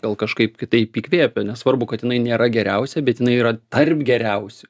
gal kažkaip kitaip įkvėpę nesvarbu kad jinai nėra geriausia bet jinai yra tarp geriausių